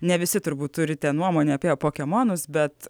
ne visi turbūt turite nuomonę apie a pokemonus bet